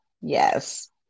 Yes